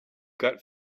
got